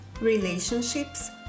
relationships